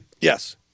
Yes